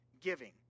giving